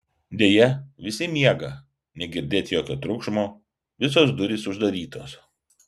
deja visi miega negirdėt jokio triukšmo visos durys uždarytos